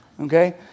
okay